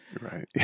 Right